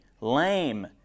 lame